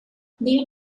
due